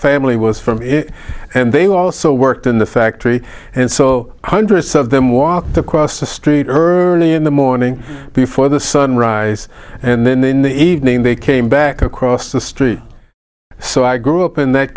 family was from it and they also worked in the factory and so hundreds of them walked across the street early in the morning before the sunrise and then in the evening they came back across the street so i grew up in that